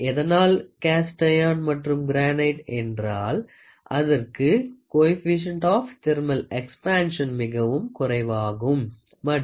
எதனால் cast iron மற்றும் granite என்றால் அதற்கு கோபிசசின்ட் ஆப் தெர்மல் எக்ஸ்பென்ஷன் மிகவும் குறைவாகும் மற்றும்